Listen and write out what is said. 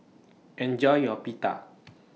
Enjoy your Pita